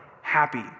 happy